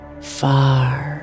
far